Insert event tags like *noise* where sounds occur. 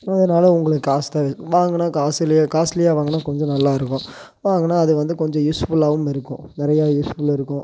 அதனால உங்களுக்கு காசு தான் *unintelligible* வாங்கினா காசு இல்லையே காஸ்ட்லியா வாங்கினா கொஞ்சம் நல்லா இருக்கும் வாங்கினா அது வந்து கொஞ்சம் யூஸ்ஃபுல்லாகவும் இருக்கும் நிறைய யூஸ்ஃபுல் இருக்கும்